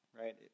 right